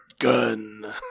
Gun